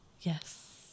Yes